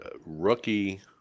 rookie